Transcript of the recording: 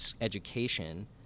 education